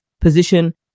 position